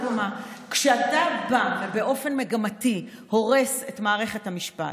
כשאתה בא ובאופן מגמתי הורס את מערכת המשפט,